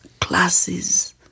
classes